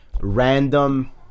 random